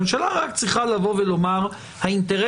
הממשלה רק צריכה לבוא ולומר שהאינטרס